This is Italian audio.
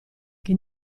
che